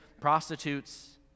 prostitutes